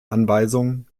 anweisung